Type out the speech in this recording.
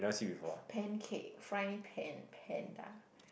pancake frying pan panda